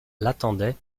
l’attendait